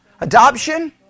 Adoption